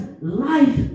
life